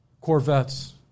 corvettes